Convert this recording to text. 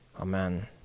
Amen